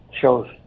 shows